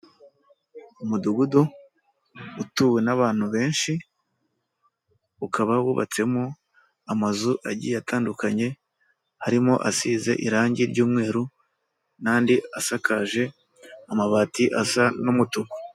Umudugudu utuwe n'abantu benshi, ukaba wubatsemo amazu agiye atandukanye, harimo asize irangi ry'umweru n'andi asakaje amabati asa n'umutuku.